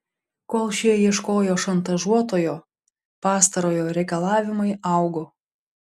kol šie ieškojo šantažuotojo pastarojo reikalavimai augo